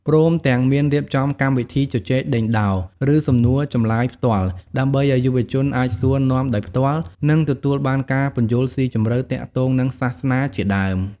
ព្រមទាំង មានរៀបចំកម្មវិធីជជែកដេញដោល ឬសំណួរចម្លើយផ្ទាល់ ដើម្បីឱ្យយុវជនអាចសួរនាំដោយផ្ទាល់ និងទទួលបានការពន្យល់ស៊ីជម្រៅទាក់ទងនិងសាសនាជាដើម។